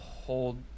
hold